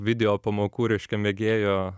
video pamokų reiškia mėgėjo